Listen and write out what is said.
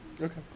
Okay